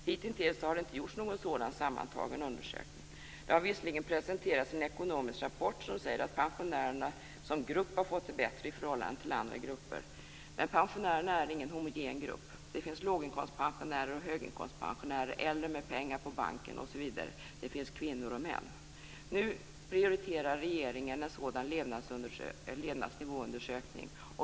Hittills har det inte gjorts någon sådan sammantagen undersökning. Det har visserligen presenterats en ekonomisk rapport där det sägs att pensionärerna som grupp har fått det bättre i förhållande till andra grupper. Men pensionärerna är ingen homogen grupp; det finns låginkomstpensionärer och höginkomstpensionärer, äldre med pengar på banken, kvinnor och män. Regeringen prioriterar nu en sådan levnadsnivåundersökning.